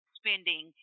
spending